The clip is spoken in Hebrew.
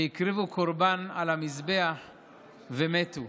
שהקריבו קורבן על המזבח ומתו.